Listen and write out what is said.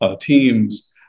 teams